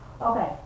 Okay